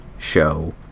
show